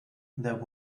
there